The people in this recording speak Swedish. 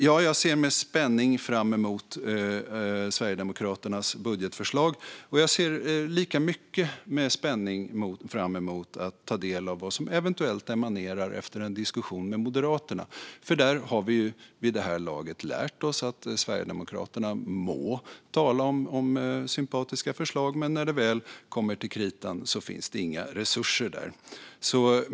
Jag ser med spänning fram emot Sverigedemokraternas budgetförslag, och jag ser med lika mycket spänning fram emot att ta del av vad som eventuellt emanerar ur en diskussion med Moderaterna. Vi har ju vid det här laget lärt oss att Sverigedemokraterna må tala om sympatiska förslag, men när det kommer till kritan finns det inga resurser där.